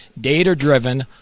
data-driven